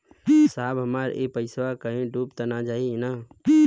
साहब हमार इ पइसवा कहि डूब त ना जाई न?